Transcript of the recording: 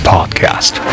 Podcast